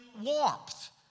warmth